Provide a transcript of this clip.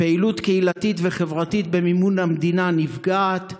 פעילות קהילתית וחברתית במימון המדינה נפגעת,